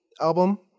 album